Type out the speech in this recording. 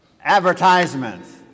advertisements